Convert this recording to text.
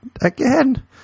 Again